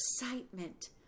excitement